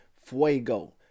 Fuego